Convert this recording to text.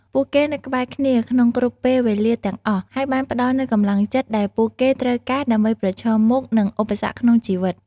ពួកគេនៅក្បែរគ្នាក្នុងគ្រប់ពេលវេលាទាំងអស់ ហើយបានផ្តល់នូវកម្លាំងចិត្តដែលពួកគេត្រូវការដើម្បីប្រឈមមុខនឹងឧបសគ្គក្នុងជីវិត។